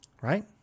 Right